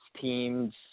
teams